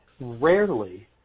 rarely